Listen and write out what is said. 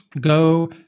go